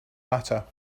latter